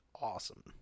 awesome